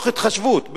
תוך התחשבות בגילו.